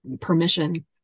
permission